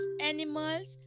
animals